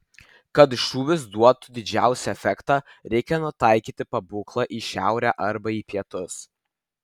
kad šūvis duotų didžiausią efektą reikia nutaikyti pabūklą į šiaurę arba į pietus